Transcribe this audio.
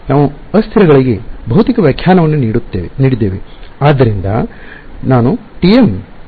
ನಾವು ಅಸ್ಥಿರಗಳಿಗೆ ಭೌತಿಕ ವ್ಯಾಖ್ಯಾನವನ್ನು ನೀಡಿದ್ದೇವೆ